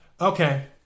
Okay